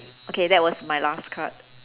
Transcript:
okay that was my last card